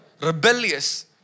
rebellious